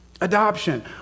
Adoption